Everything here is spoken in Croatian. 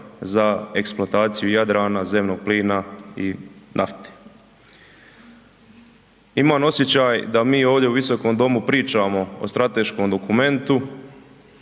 za eksploataciju Jadrana, zemnog plina i nafte. Iman osjećaj da mi ovdje u visokom domu pričamo o strateškom dokumentu,